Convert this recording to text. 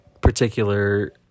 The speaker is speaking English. particular